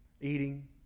Eating